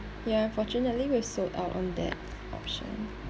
ya unfortunately we have sold out on that option